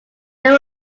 there